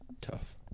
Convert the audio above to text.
Tough